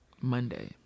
monday